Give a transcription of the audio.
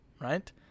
right